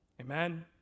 Amen